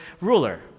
ruler